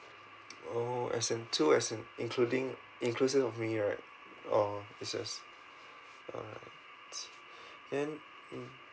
oh as in two as in including inclusive of me right orh it's just uh then mm